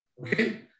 Okay